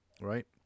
right